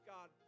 God